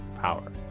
power